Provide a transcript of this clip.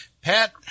Pat